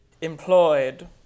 employed